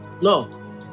No